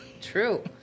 True